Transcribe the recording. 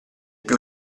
più